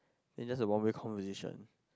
then it's just a one way conversation